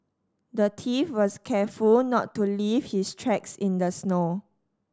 the thief was careful not to leave his tracks in the snow